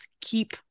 keep